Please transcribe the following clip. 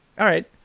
all right.